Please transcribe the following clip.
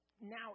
now